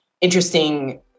interesting